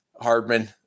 Hardman